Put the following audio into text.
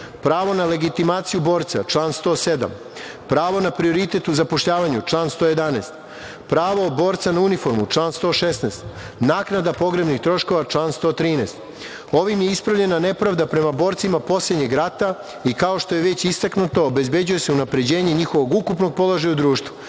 pravo na legitimaciju borca, član 107, pravo na prioritet u zapošljavanju, član 111, pravo borca na uniformu, član 116, naknada pogrebnih troškova, član 113.Ovim je ispravljena nepravda prema borcima poslednjeg rata i, kao što je već istaknuto, obezbeđuje se unapređenje njihovog ukupnog položaja u društvu.